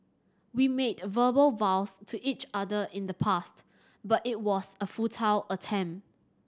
we made verbal vows to each other in the past but it was a futile attempt